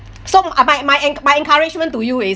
so uh my my en~ my encouragement to you is